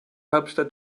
hauptstadt